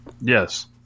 Yes